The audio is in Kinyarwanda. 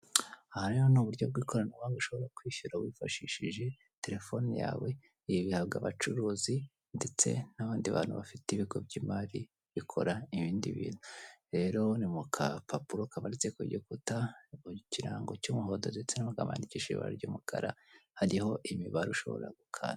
Aha rero ni uburyo bw'ikoranabuhanga ushobora kwishyura wifashishije telefone yawe ibi bihabwa abacuruzi ndetse n'abandi bantu bafite ibigo by'imari bikora ibindi bintu, rero ni mu kapapuro kabonetse kugikuta, ikirango cy'umuhondo ndetse n'amagambo yandikishije ibara ry'umukara hariho imibare ishobora gukanda.